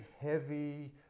heavy